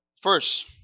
First